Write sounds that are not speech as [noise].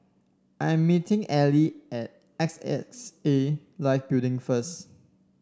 I'm meeting Ally at [unintelligible] Life Building first